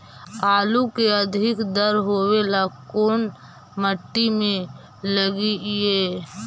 आलू के अधिक दर होवे ला कोन मट्टी में लगीईऐ?